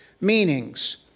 meanings